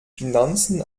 finanzen